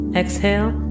exhale